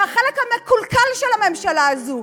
זה החלק המקולקל של הממשלה הזאת,